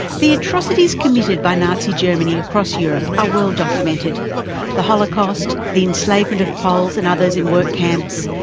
the atrocities committed by nazi germany across europe are well documented the holocaust, the enslavement of poles and others in work camps,